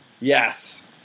Yes